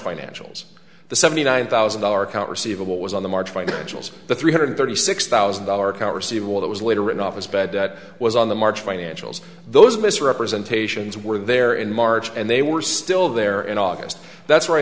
financials the seventy nine thousand dollars count receivable was on the march financials the three hundred thirty six thousand dollars conversely well that was later written off as bad debt was on the march financials those misrepresentations were there in march and they were still there in august that's where i